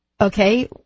okay